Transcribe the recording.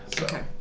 Okay